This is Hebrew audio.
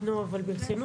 לא שום דבר.